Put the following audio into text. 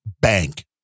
bank